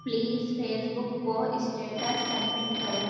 please Facebook کو status submit کرو